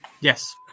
Yes